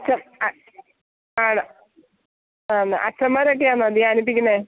ആണോ അച്ഛന്മാരൊക്കെ ആണോ ധ്യാനിപ്പിക്കുന്നത്